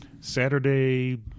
saturday